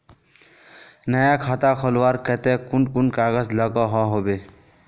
नया खाता खोलवार केते कुन कुन कागज लागोहो होबे?